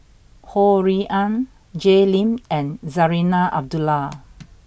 Ho Rui An Jay Lim and Zarinah Abdullah